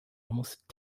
almost